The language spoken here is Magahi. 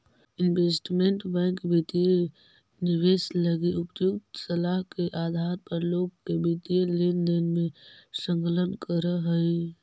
इन्वेस्टमेंट बैंक वित्तीय निवेश लगी उपयुक्त सलाह के आधार पर लोग के वित्तीय लेनदेन में संलग्न करऽ हइ